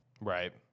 right